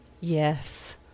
yes